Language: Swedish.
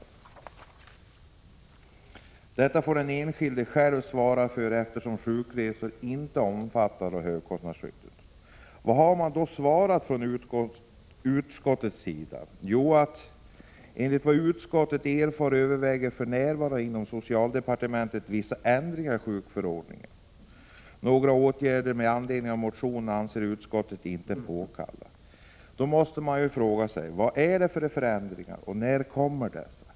Denna kostnad får den enskilde själv svara för, eftersom sjukresor inte omfattas av högkostnadsskyddet. Vad har då utskottet svarat? Jo, så här: ”Enligt vad utskottet erfarit övervägs för närvarande inom socialdepartementet vissa ändringar i sjukreseförordningen”. Man säger vidare: ”Någon åtgärd med anledning av motionen anser utskottet inte påkallad”. Då måste man fråga sig: Vilka förändringar gäller det, och när kommer de?